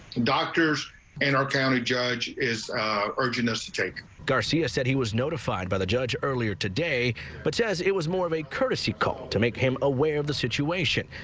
doctors in our county judge urging us to take garcia said he was notified by the judge earlier today but says it was more of a courtesy call to make him aware of the situation.